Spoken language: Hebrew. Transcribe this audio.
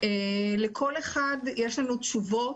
לכל אחד יש לנו תשובות,